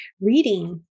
reading